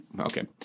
okay